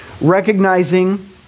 recognizing